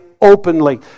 openly